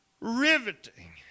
riveting